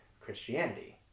Christianity